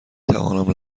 توانم